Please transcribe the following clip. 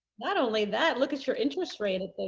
not only that look at your interest rate at but